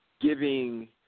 giving